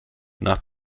nach